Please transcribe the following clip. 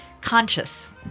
conscious